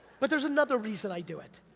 but there's another reason i do it,